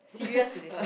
serious relationship